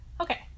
Okay